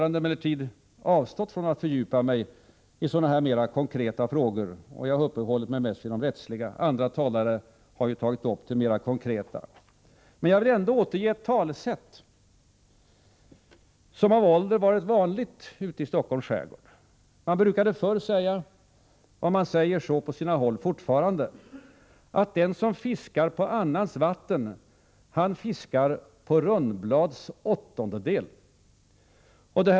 Jag har emellertid i mitt anförande avstått från att fördjupa mig i sådana mer konkreta frågor och uppehållit mig främst vid de rättsliga. Andra talare har ju tagit upp det mer konkreta. Jag vill ändå återge ett talesätt, som av ålder varit vanligt i Stockholms skärgård. Man brukade förr säga — och på sina håll säger man så fortfarande — att den som fiskar på annans vatten, han fiskar på ”Rundblads åttondel”.